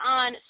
on